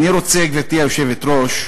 אני רוצה, גברתי היושבת-ראש,